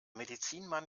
medizinmann